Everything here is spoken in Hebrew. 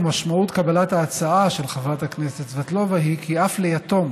ומשמעות קבלת ההצעה של חברת הכנסת סבטלובה היא כי אף ליתום